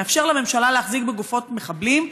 שמאפשר לממשלה להחזיק בגופות מחבלים,